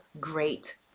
great